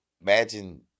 imagine